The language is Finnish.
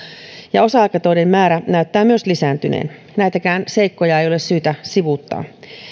ja osa aikatöiden määrä näyttää myös lisääntyneen näitäkään seikkoja ei ole syytä sivuuttaa